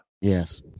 Yes